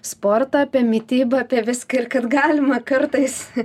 sportą apie mitybą apie viską ir kad galima kartais